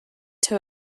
too